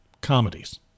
comedies